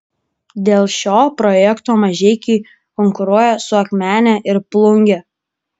dėl šio projekto mažeikiai konkuruoja su akmene ir plunge